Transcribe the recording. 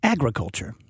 Agriculture